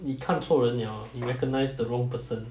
你看错人 liao you recognise the wrong person